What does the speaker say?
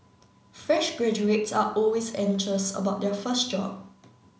fresh graduates are always anxious about their first job